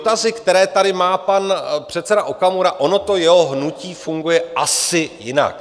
Ty dotazy, které tady má pan předseda Okamura, ono to jeho hnutí funguje asi jinak.